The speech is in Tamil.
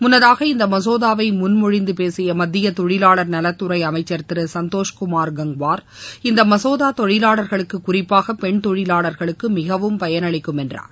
முன்னதாக இந்த மசோதாவை முன்மொழிந்து பேசிய மத்திய தொழிவாளர் நலத்துறை அமைச்சர் திரு சந்தோஷ் குமார் கங்வார் இந்த மசோதா தொழிவாளர்களுக்கு குறிப்பாக பெண் தொழிலாளர்களுக்கு மிகவும் பயனளிக்கும் என்றார்